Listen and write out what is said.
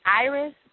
Iris